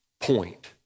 point